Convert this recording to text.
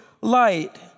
light